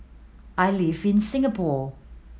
I live in Singapore